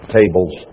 tables